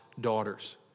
daughters